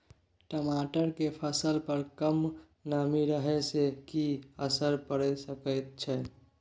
टमाटर के फसल पर कम नमी रहै से कि असर पैर सके छै?